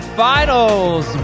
finals